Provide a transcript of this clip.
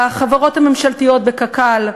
בחברות הממשלתיות, בקק"ל.